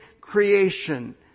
creation